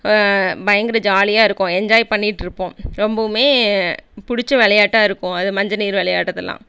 பயங்கர ஜாலியாக இருக்கும் என்ஜாய் பண்ணிட்டுருப்போம் ரொம்பவுமே பிடிச்ச விளையாட்டா இருக்கும் அது மஞ்ச நீர் விளையாடுறதுலாம்